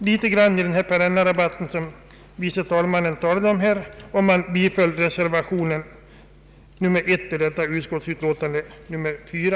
Jag ber att få yrka bifall till reservation I i andra lagutskottets utlåtande nr 4.